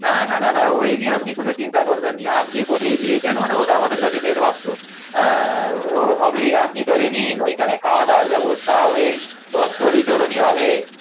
না না দাদা ওই নিয়ে আপনি কোনও চিন্তা করবেন না আপনি বলেই দিয়েছেন মানে ওটা আমাদের কাছে বেদবাক্য হ্যাঁ ও হবেই আপনি ধরে নিন ওইখানে খাওয়াদাওয়ার ব্যবস্থা হবে বস্ত্র বিতরণী হবে